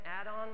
add-on